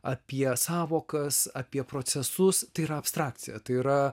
apie sąvokas apie procesus tai yra abstrakcija tai yra